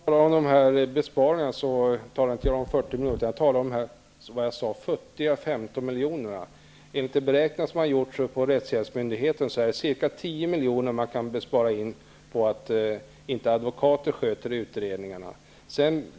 Herr talman! När jag talar om besparingar talar jag inte om 40 milj.kr., utan jag talar om dessa futtiga 15 milj.kr. Enligt de beräkningar som har gjorts på rättshjälpsmyndigheten är det ca 10 milj.kr. som kan sparas in på att det inte är advokater som sköter utredningarna.